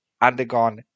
undergone